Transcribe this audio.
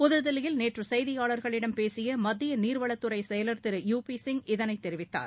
புதுதில்லியில் நேற்று செய்தியாளர்களிடம் பேசிய மத்திய நீர்வளத் துறை செயலர் திரு யூ பி சிங் இதனைத் தெரிவித்தார்